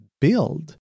Build